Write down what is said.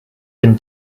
been